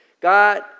God